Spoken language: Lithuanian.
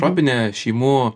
tropinę šeimų